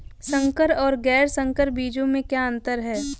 संकर और गैर संकर बीजों में क्या अंतर है?